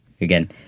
again